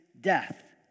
death